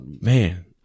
man